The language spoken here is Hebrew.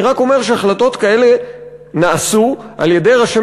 אני רק אומר שהחלטות כאלה נעשו על-ידי ראשי